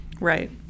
Right